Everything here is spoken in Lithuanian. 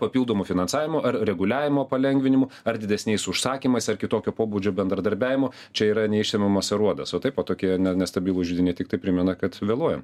papildomo finansavimo ar reguliavimo palengvinimu ar didesniais užsakymais ar kitokio pobūdžio bendradarbiavimo čia yra neišsemiamas aruodas o taip va tokie ne nestabilūs židiniai tiktai primena kad vėluojam